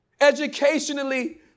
educationally